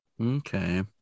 okay